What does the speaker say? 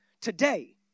today